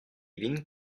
vin